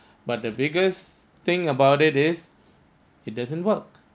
but the biggest thing about it is it doesn't work